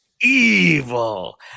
evil